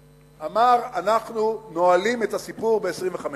אמר: אנחנו נועלים את הסיפור ב-25 שנה.